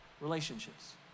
relationships